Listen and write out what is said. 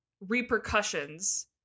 repercussions